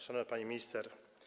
Szanowna Pani Minister!